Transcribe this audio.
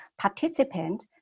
participant